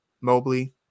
Mobley